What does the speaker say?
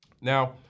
Now